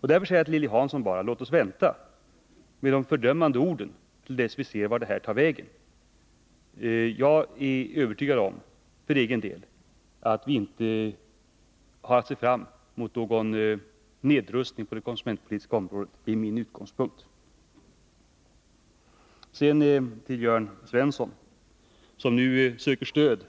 Därför säger jag bara till Lilly Hansson: Låt oss vänta med de fördömande orden till dess vi ser vad regeringen konkret har att föreslå. Jag är övertygad om, att vi inte har attse Nr 55 fram mot någon avrustning på det konsumentpolitiska området. Det är min utgångspunkt. Sedan till Jörn Svensson, som nu söker stöd